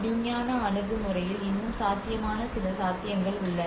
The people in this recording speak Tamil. விஞ்ஞான அணுகுமுறையில் இன்னும் சாத்தியமான சில சாத்தியங்கள் உள்ளன